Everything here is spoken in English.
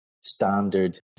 standard